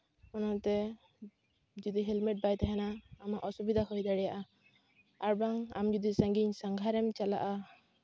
ᱚᱱᱟᱛᱮ ᱡᱩᱫᱤ ᱦᱮᱞᱢᱮᱴ ᱵᱟᱭ ᱛᱟᱦᱮᱱᱟ ᱟᱢᱟᱜ ᱚᱥᱩᱵᱤᱫᱷᱟ ᱦᱩᱭ ᱫᱟᱲᱮᱭᱟᱜᱼᱟ ᱟᱨ ᱵᱟᱝ ᱟᱢ ᱡᱩᱫᱤ ᱥᱟᱺᱜᱤᱧ ᱥᱟᱸᱜᱷᱟᱨᱮᱢ ᱪᱟᱞᱟᱜᱼᱟ